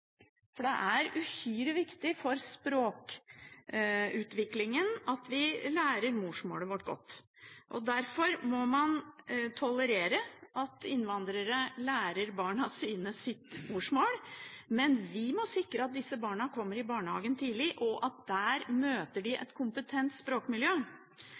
for det er uhyre viktig for språkutviklingen at vi lærer morsmålet vårt godt. Derfor må man tolerere at innvandrere lærer barna sine sitt morsmål, men vi må sikre at disse barna kommer i barnehagen tidlig, og at de der møter et kompetent språkmiljø.